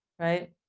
right